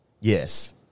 yes